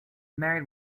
married